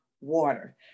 water